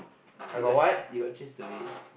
you got you got chased away